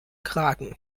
kragen